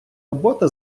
робота